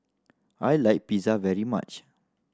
I like Pizza very much